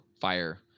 fire